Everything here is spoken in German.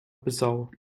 bissau